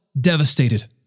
devastated